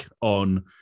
on